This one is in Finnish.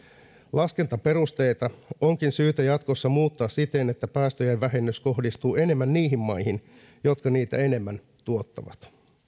laskentaperusteita onkin syytä jatkossa muuttaa siten että päästöjen vähennys kohdistuu enemmän niihin maihin jotka niitä enemmän tuottavat